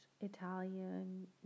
Italian